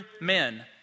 men